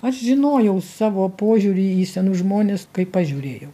aš žinojau savo požiūrį į senus žmones kaip aš žiūrėjau